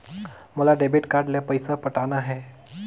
मोला debit card ले पइसा पटाना हे?